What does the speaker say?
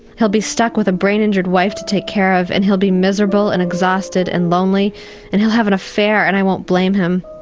he'll be stuck with a brain-injured wife to take care of and he'll be miserable and exhausted and lonely and he'll have an affair and i won't blame him.